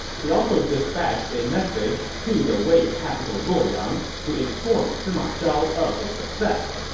he also dispatched a message to the wei capital luoyang to inform sima zhao of his success.